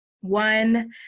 One